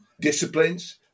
disciplines